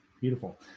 Beautiful